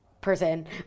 person